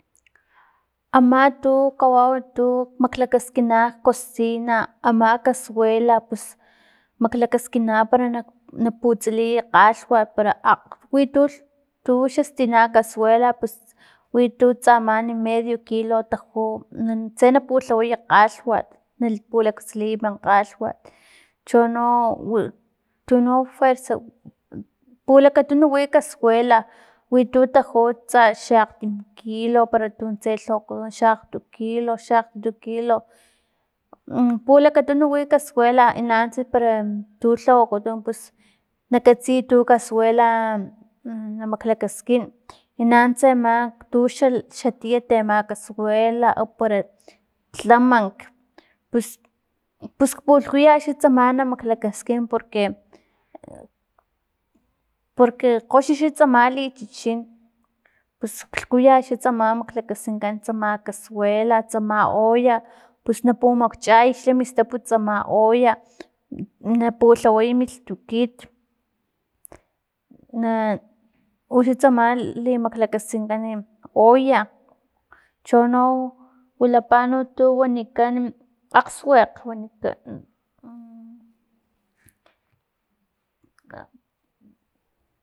Ama tu kawau tu maklakaskina kcosina, ama casuela pus maklakaskina na na putsiliy kgalhwat para akg witu- tu xastina kasuela pus wi tu tsa man medio kilo taju nn tse na pulhaway kgalhwat nali pulaktsiliy kgalhwat chono wi tuno kuersa pulakatunu wi casuela, witu taju tsa xa akgtim kilo para tun tse lhawakutun xa akgtu kilo xa akgtutu kilo mm pulakatunu wi kasuela e nanuntsa para tu lhawakutun pus nakatsiy tu pus tu kasuela na maklakaskin i nanuntsa ama tuxa xa tieti ama casuela o para tlamank pus pus pulhkuyat xan tsama na maklakaskin porque porque kgoxi xan tsama lichichin pus lhkuyat xan tsama limaklakaskinkan tsama casuela, tsama olla pus napumakchay xa mistap xan tsama olla na pulhaway mi lhtikit e uxan tsama limaklakaskinkan e olla chono wilapa no tuno wanikan akgsuekg wanikan